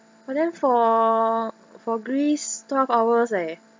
but then for for greece twelve hours leh